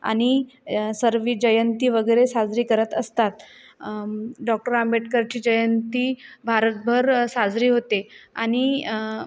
आणि सर्व जयंती वगैरे साजरी करत असतात डॉक्टर आंबेडकरची जयंती भारतभर साजरी होते आणि